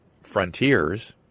frontiers